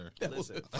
listen